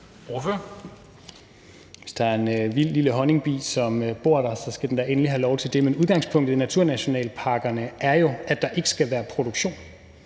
Hvis der er en vild lille honningbi, som bor der, skal den da endelig have lov til det. Men udgangspunktet i naturnationalparkerne er jo, at der ikke skal være produktion,